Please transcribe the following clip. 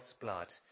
blood